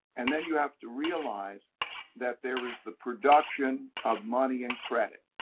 and then you have to realize that there is the production of money and credit.